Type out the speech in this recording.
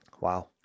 Wow